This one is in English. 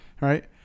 Right